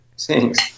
Thanks